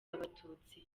abatutsi